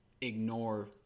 ignore